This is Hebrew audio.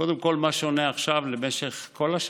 קודם כול, מה שונה עכשיו מכל השנה,